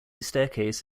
staircase